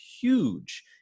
huge